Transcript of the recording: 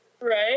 Right